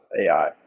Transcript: AI